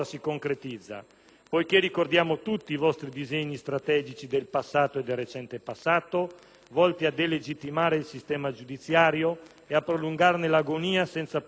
Poiché ricordiamo tutti i vostri disegni strategici del passato e del recente passato, volti a delegittimare il sistema giudiziario e a prolungarne l'agonia senza proporre alcun rimedio,